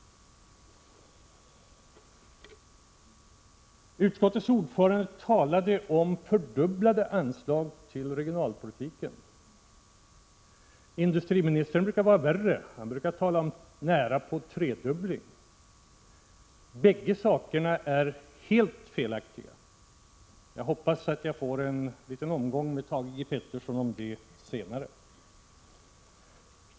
Utskottets ordförande talade om fördubblade anslag till regionalpolitiken. Industriministern brukar vara värre. Han brukar tala om att de nära på skulle ha tredubblats. Bägge sakerna är helt felaktiga. Jag hoppas att jag får en liten omgång med Thage G. Peterson om det senare.